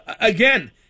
Again